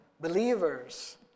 believers